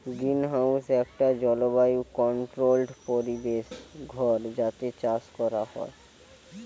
greenhouse একটা জলবায়ু controlled পরিবেশ ঘর যাতে চাষ কোরা হয়